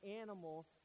animal